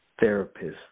therapists